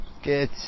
Good